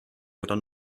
oder